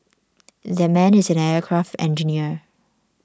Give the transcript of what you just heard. that man is an aircraft engineer